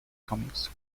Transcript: comics